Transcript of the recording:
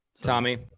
tommy